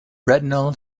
retinal